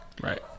Right